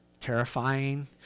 terrifying